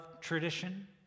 tradition